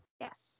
Yes